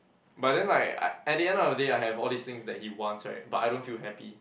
but then like uh at the end of the day I have all these things that he wants right but I don't feel happy